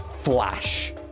flash